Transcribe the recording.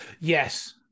Yes